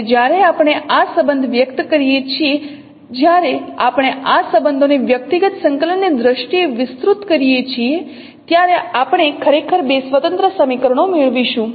અને જ્યારે આપણે આ સંબંધ વ્યક્ત કરીએ છીએ જ્યારે આપણે આ સંબંધોને વ્યક્તિગત સંકલનની દ્રષ્ટિએ વિસ્તૃત કરીએ છીએ ત્યારે આપણે ખરેખર બે સ્વતંત્ર સમીકરણો મેળવીશું